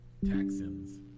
Texans